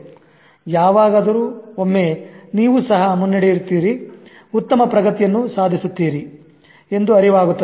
ಯಾವಾಗಾದರೂ ಒಮ್ಮೆ ನೀವು ಸಹ ಮುನ್ನಡೆಯುತ್ತಿರುವವಿರಿ ಉತ್ತಮ ಪ್ರಗತಿಯನ್ನು ಸಾಧಿಸುತ್ತಿರುವಿರಿ ಎಂದು ಅರಿವಾಗುತ್ತದೆ